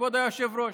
כבוד היושב-ראש.